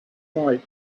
night